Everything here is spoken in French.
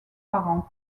parents